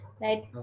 right